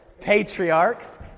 Patriarchs